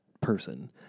person